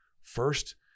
first